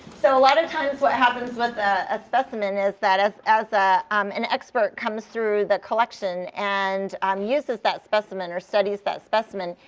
so a lot of times what happens with a specimen is that as as ah um an expert comes through the collection and um uses that specimen or studies that specimen,